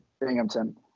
Binghamton